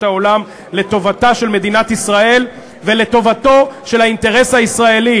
העולם לטובתה של מדינת ישראל ולטובתו של האינטרס הישראלי,